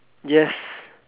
yes